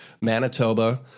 Manitoba